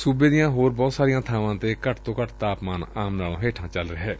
ਸੁਬੇ ਦੀਆ ਹੋਰ ਬਹੁਤ ਸਾਰੀਆ ਬਾਵਾ ਤੇ ਘੱਟ ਤੋ ਘੱਟ ਤਾਪਮਾਨ ਆਮ ਨਾਲੋਂ ਹੇਠਾਂ ਚੱਲ ਰਿਹੈ